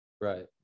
right